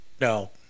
No